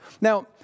Now